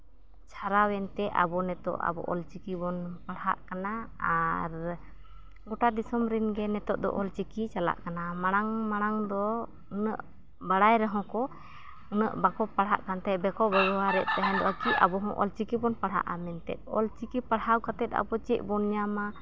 ᱪᱷᱟᱨᱟᱣᱮᱱᱛᱮ ᱟᱵᱚ ᱱᱤᱛᱚᱜ ᱟᱵᱚ ᱚᱞ ᱪᱤᱠᱤ ᱵᱚᱱ ᱯᱟᱲᱦᱟᱜ ᱠᱟᱱᱟ ᱟᱨ ᱜᱚᱴᱟ ᱫᱤᱥᱚᱢ ᱨᱮᱱ ᱜᱮ ᱱᱤᱛᱚᱜ ᱫᱚ ᱚᱞ ᱪᱤᱠᱤ ᱪᱟᱞᱟᱜ ᱠᱟᱱᱟ ᱢᱟᱲᱟᱝ ᱢᱟᱲᱟᱝ ᱫᱚ ᱩᱱᱟᱹᱜ ᱵᱟᱲᱟᱭ ᱨᱮᱦᱚᱸ ᱠᱚ ᱩᱱᱟᱹᱜ ᱵᱟᱠᱚ ᱯᱟᱲᱦᱟᱜ ᱠᱟᱱ ᱛᱟᱦᱮᱸ ᱵᱟᱠᱚ ᱵᱮᱵᱚᱦᱟᱨᱮᱫ ᱛᱟᱦᱮᱸ ᱠᱤ ᱟᱵᱚ ᱦᱚᱸ ᱚᱞ ᱪᱤᱠᱤ ᱵᱚᱱ ᱯᱟᱲᱦᱟᱜᱼᱟ ᱢᱮᱱᱛᱮ ᱚᱞ ᱪᱤᱠᱤ ᱯᱟᱲᱦᱟᱣ ᱠᱟᱛᱮᱫ ᱟᱵᱚ ᱪᱮᱫ ᱵᱚᱱ ᱧᱟᱢᱟ